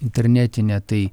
internetinę tai